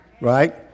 right